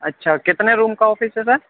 اچھا کتنے روم کا آفس ہے سر